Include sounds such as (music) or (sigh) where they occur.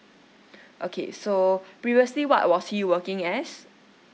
(breath) okay so previously what was he working as